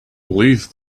believe